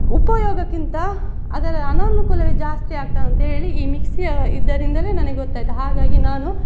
ಉಪಯೋಗಕ್ಕಿಂತ ಅದರ ಅನಾನುಕೂಲವವೇ ಜಾಸ್ತಿ ಆಗ್ತದಂಥೇಳಿ ಈ ಮಿಕ್ಸಿಯ ಇದರಿಂದಲೇ ನನಗೆ ಗೊತ್ತಾಯಿತು ಹಾಗಾಗಿ ನಾನು